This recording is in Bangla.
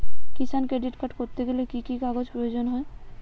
কিষান ক্রেডিট কার্ড করতে গেলে কি কি কাগজ প্রয়োজন হয়?